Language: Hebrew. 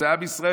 זה עם ישראל.